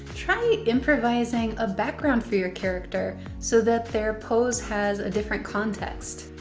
try improvising a background for your character so that their pose has a different context.